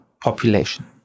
population